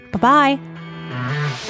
Bye-bye